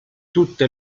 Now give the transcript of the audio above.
tutte